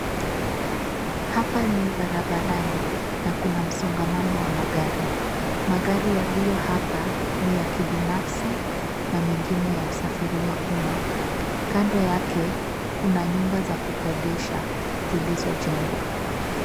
Hapa ni barabarani na kuna msongamano wa magari. Magari yaliyo hapa ni ya kibinafsi na mengine ya usafiri wa umma. Kando yake, kuna nyumba za kukodisha zilizojengwa.